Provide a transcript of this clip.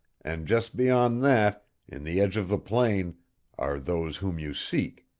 and just beyond that in the edge of the plain are those whom you seek,